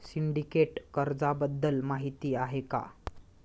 Syndicate कर्जाबद्दल माहिती आहे का?